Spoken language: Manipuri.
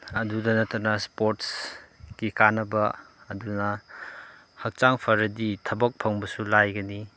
ꯑꯗꯨꯗ ꯅꯠꯇꯅ ꯁ꯭ꯄꯣꯔꯠꯁꯀꯤ ꯀꯥꯟꯅꯕ ꯑꯗꯨꯅ ꯍꯛꯆꯥꯡ ꯐꯔꯗꯤ ꯊꯕꯛ ꯐꯪꯕꯁꯨ ꯂꯥꯏꯒꯅꯤ